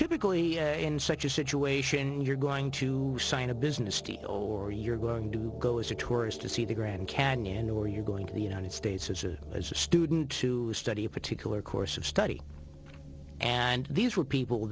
typically in such a situation you're going to sign a business deal or you're going to go as a tourist to see the grand canyon or you're going to the united states as a as a student to study a particular course of study and these were people